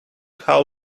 how